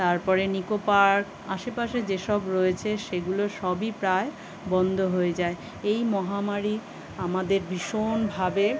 তার পরে নিকো পার্ক আশেপাশে যেসব রয়েছে সেগুলো সবই প্রায় বন্ধ হয়ে যায় এই মহামারী আমাদের ভীষণভাবে